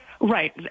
Right